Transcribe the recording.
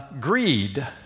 greed